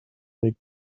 make